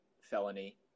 felony